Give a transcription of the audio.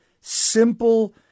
simple